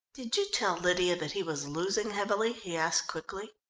did you tell lydia that he was losing heavily? he asked quickly.